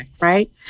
right